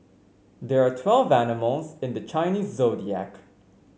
there are twelve animals in the Chinese Zodiac